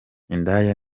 indaya